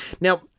Now –